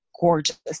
gorgeous